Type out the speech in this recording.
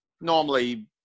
Normally